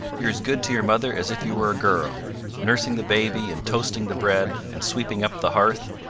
you're as good to your mother as if you were a girl nursing the baby, and toasting the bread, and sweeping up the hearth!